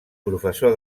professor